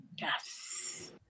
Yes